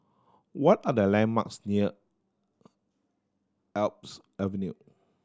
what are the landmarks near Alps Avenue